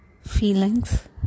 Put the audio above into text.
feelings